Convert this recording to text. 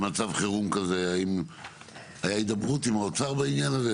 היה הידברות עם האוצר בעניין הזה?